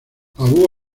abu